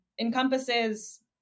encompasses